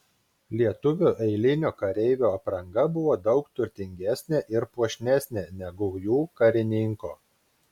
lietuvio eilinio kareivio apranga buvo daug turtingesnė ir puošnesnė negu jų karininko